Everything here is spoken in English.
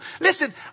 Listen